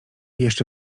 jeszcze